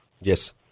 Yes